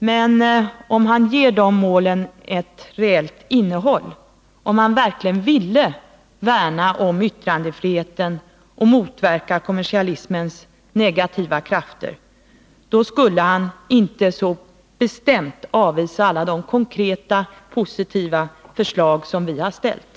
Men om han vill ge dessa mål ett reellt innehåll och verkligen vill värna om yttrandefriheten samt motverka kommersialismens negativa krafter, då skall han inte så bestämt avvisa alla de konkreta, positiva förslag som vi har ställt.